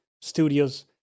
studios